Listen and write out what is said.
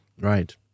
Right